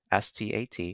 STAT